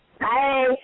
Hi